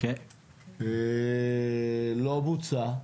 לא בוצעה.